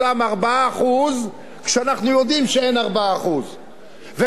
כשאנחנו יודעים שאין 4%. וכשהיה לגבי תקציב הביטחון,